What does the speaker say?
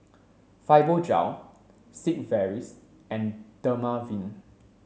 Fibogel Sigvaris and Dermaveen